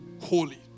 holy